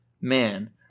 man